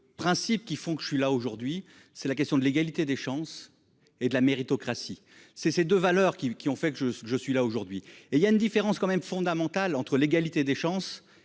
principes qui font que je suis là aujourd'hui, c'est la question de l'égalité des chances et de la méritocratie ces ces 2 valeurs qui qui ont fait que je je suis là aujourd'hui et il y a une différence quand même fondamental entre l'égalité des chances